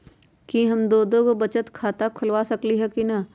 कि हम दो दो गो बचत खाता खोलबा सकली ह की न?